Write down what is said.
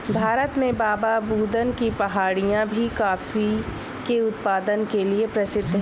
भारत में बाबाबुदन की पहाड़ियां भी कॉफी के उत्पादन के लिए प्रसिद्ध है